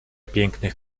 pięknych